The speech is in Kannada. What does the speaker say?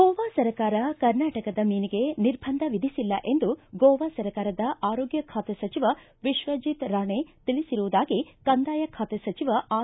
ಗೋವಾ ಸರ್ಕಾರ ಕರ್ನಾಟಕದ ಮೀನಿಗೆ ನಿರ್ಬಂಧ ವಿಧಿಸಿಲ್ಲ ಎಂದು ಗೋವಾ ಸರ್ಕಾರದ ಆರೋಗ್ಯ ಖಾತೆ ಸಚಿವ ವಿಶ್ವಜಿತ್ ರಾಣೆ ತಿಳಿಸಿರುವುದಾಗಿ ಕಂದಾಯ ಖಾತೆ ಸಚಿವ ಆರ್